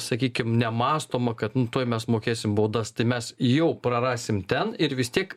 sakykim nemąstoma kad tuoj mes mokėsim baudas tai mes jau prarasim ten ir vis tiek